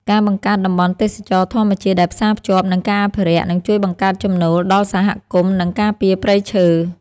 ការបង្កើតតំបន់ទេសចរណ៍ធម្មជាតិដែលផ្សារភ្ជាប់នឹងការអភិរក្សនឹងជួយបង្កើតចំណូលដល់សហគមន៍ និងការពារព្រៃឈើ។